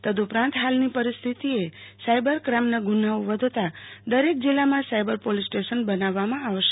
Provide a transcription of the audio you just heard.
તદૃપરાંત હાલની પરીસ્થીતીને સાઈબર કાઈમના ગુનાઓ વધતા દરેક જીલ્લામાં સાયબર પોલીસ સ્ટેશન બનાવવામાં આવશે